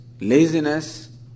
laziness